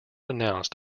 announced